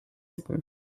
bitten